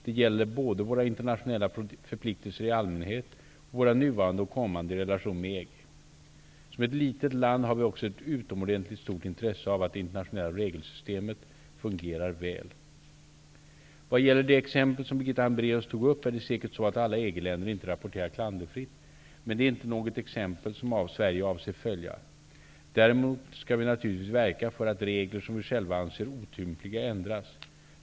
Det gäller både våra internationella förpliktelser i allmänhet och våra nuvarande och kommande i relation med EG. Som ett litet land har vi också ett utomordentligt stort intresse av att det internationella rättssystemet fungerar väl. Vad gäller det exempel som Birgitta Hambraeus tog upp är det säkert så att alla EG-länder inte rapporterar klanderfritt, men det är inte något exempel som Sverige avser följa. Däremot skall vi naturligtvis verka för att regler som vi själva anser otympliga ändras.